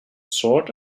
sort